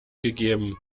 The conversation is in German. gegeben